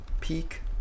peak